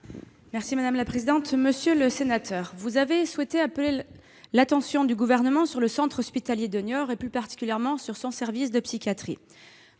est à Mme la secrétaire d'État. Monsieur le sénateur, vous avez souhaité appeler l'attention du Gouvernement sur le centre hospitalier de Niort, et plus particulièrement sur son service de psychiatrie.